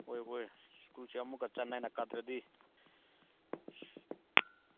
ꯍꯣꯏ ꯍꯣꯏ ꯁ꯭ꯀꯨꯜꯁꯦ ꯑꯃꯨꯛꯀ ꯆꯠꯅꯦ ꯍꯥꯏꯅ ꯀꯥꯗ꯭ꯔꯗꯤ